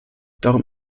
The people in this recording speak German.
darum